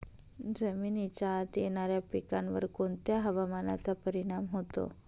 जमिनीच्या आत येणाऱ्या पिकांवर कोणत्या हवामानाचा परिणाम होतो?